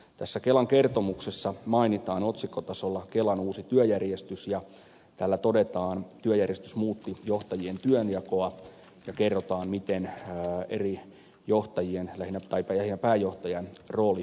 tässä kelan kertomuksessa mainitaan otsikkotasolla kelan uusi työjärjestys ja täällä todetaan että työjärjestys muutti johtajien työnjakoa ja kerrotaan miten eri johtajien lähinnä pääjohtajan rooli muuttui